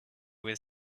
with